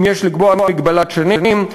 אם יש לקבוע מגבלת שנים,